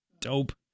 Dope